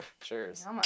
Cheers